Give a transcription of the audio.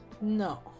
No